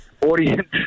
audience